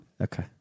Okay